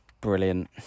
Brilliant